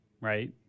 right